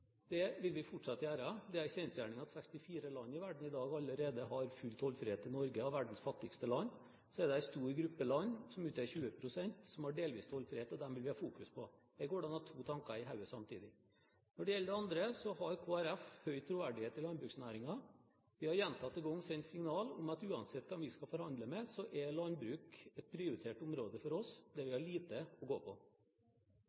Det vil vi fortsatt gjøre. Det er en kjensgjerning at 64 av verdens fattigste land i dag allerede har full tollfrihet i Norge. Så er det en stor gruppe land, som utgjør 20 pst., som har delvis tollfrihet. Disse vil vi fortsatt fokusere på. Det går an å ha to tanker i hodet samtidig. Når det gjelder det første spørsmålet, har Kristelig Folkeparti høy troverdighet i landbruksnæringen. Vi har gjentatte ganger sendt signaler om at uansett hvem vi skal forhandle med, er landbruk et prioritert område for oss der vi